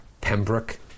Pembroke